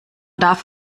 darf